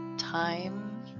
Time